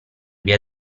via